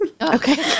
Okay